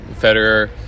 Federer